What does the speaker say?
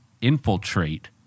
infiltrate